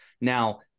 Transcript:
Now